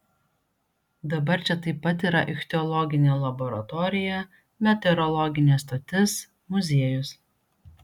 dabar čia taip pat yra ichtiologinė laboratorija meteorologinė stotis muziejus